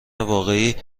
واقعی